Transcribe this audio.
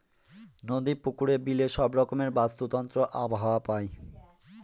নদী, পুকুরে, বিলে সব রকমের বাস্তুতন্ত্র আবহাওয়া পায়